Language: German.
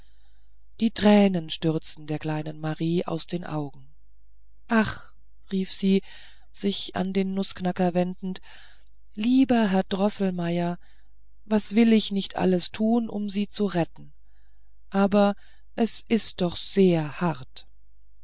die tränen stürzten der kleinen marie aus den augen ach rief sie sich zu dem nußknacker wendend lieber herr droßelmeier was will ich nicht alles tun um sie zu retten aber es ist doch sehr hart